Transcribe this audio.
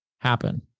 happen